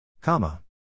comma